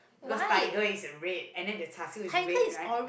because tiger is the red and then the char-siew is red right